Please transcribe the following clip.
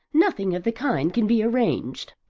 nothing of the kind can be arranged.